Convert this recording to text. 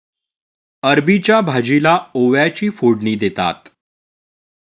अरबीच्या भाजीला ओव्याची फोडणी देतात